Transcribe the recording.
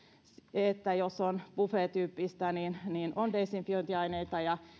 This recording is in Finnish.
että jos on buffettyyppistä niin niin on desinfiointiaineita ja